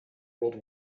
world